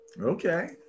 Okay